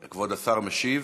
כבוד השר משיב?